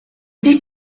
dit